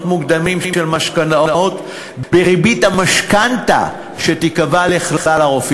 מוקדמים של משכנתאות בריבית המשכנתה שתיקבע לכלל הלווים,